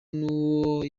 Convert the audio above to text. n’uwo